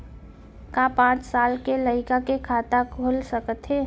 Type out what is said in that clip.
का पाँच साल के लइका के खाता खुल सकथे?